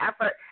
effort